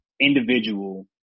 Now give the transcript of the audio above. individual